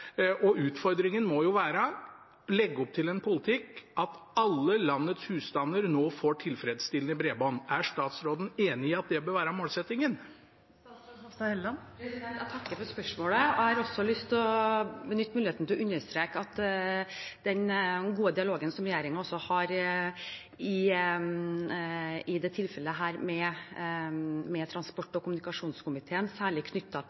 og utfordringen må være å legge opp til en politikk som gjør at alle landets husstander nå får tilfredsstillende bredbånd. Er statsråden enig i at det bør være målsettingen? Jeg takker for spørsmålet. Jeg har lyst til å benytte muligheten til å understreke den gode dialogen som regjeringen også i dette tilfellet har med transport- og kommunikasjonskomiteen, særlig knyttet til